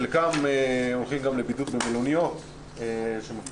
חלקם הולכים גם לבידוד במלוניות שמפעיל